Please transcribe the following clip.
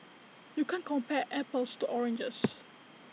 you can't compare apples to oranges